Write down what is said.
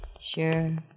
Sure